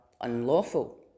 unlawful